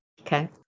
Okay